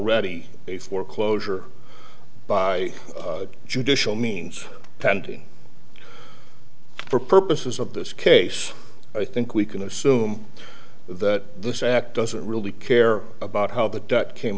ready a foreclosure by judicial means pending for purposes of this case i think we can assume that this act doesn't really care about how the debt came